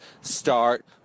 start